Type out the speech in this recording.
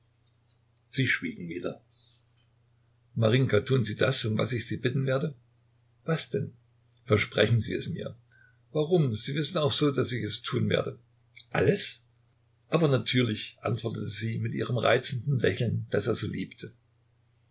sie schwiegen wieder marinjka tun sie das um was ich sie bitten werde was denn versprechen sie es mir warum sie wissen auch so daß ich es tun werde alles aber natürlich antwortete sie mit ihrem reizenden lächeln das er so liebte